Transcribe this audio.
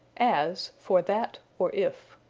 as for that, or if.